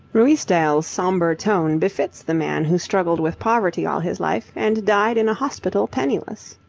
ruysdael's sombre tone befits the man who struggled with poverty all his life, and died in a hospital penniless.